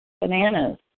bananas